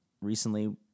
recently